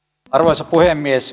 arvoisa puhemies